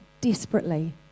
desperately